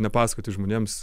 nepasakoti žmonėms